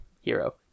Hero